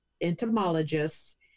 entomologists